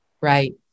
right